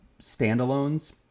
standalones